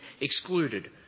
excluded